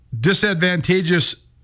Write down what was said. disadvantageous